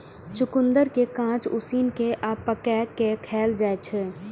चुकंदर कें कांच, उसिन कें आ पकाय कें खाएल जाइ छै